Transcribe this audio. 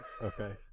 Okay